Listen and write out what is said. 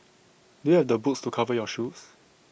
do you have the boots to cover your shoes